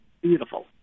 beautiful